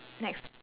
next